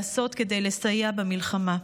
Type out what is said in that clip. לעשות כדי לסייע במלחמה?